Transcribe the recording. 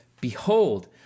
Behold